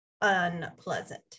unpleasant